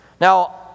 Now